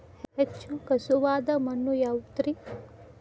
ಹೆಚ್ಚು ಖಸುವಾದ ಮಣ್ಣು ಯಾವುದು ರಿ?